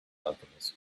alchemist